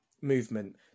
movement